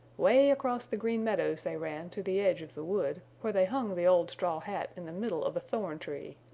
way across the green meadows they ran to the edge of the wood, where they hung the old straw hat in the middle of a thorn tree.